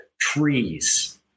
trees